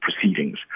proceedings